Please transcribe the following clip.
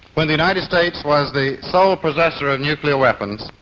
when the united states was the sole possessor of nuclear weapons,